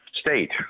State